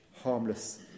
harmless